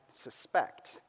suspect